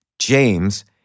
James